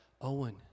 Owen